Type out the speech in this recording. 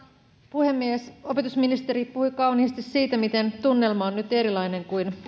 puhemies opetusministeri puhui kauniisti siitä miten tunnelma on nyt erilainen kuin